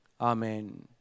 Amen